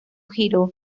giró